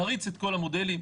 נריץ את כל המודלים.